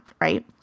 right